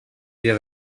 dia